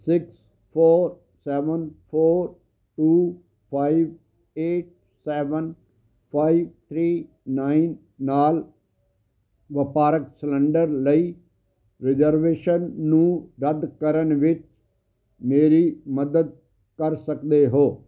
six four seven four two five eight seven five three nine ਨਾਲ ਵਪਾਰਕ cylinder ਲਈ reservation ਨੂੰ ਰੱਦ ਕਰਨ ਵਿੱਚ ਮੇਰੀ ਮਦਦ ਕਰ ਸਕਦੇ ਹੋ